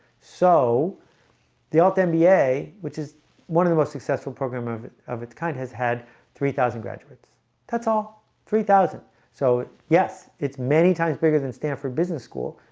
so the all ten be a which is one of the most successful program of of its kind has had three thousand graduates that's all three thousand so yes, it's many times bigger than stanford business school,